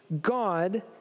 God